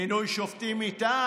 מינוי שופטים מטעם?